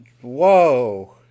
Whoa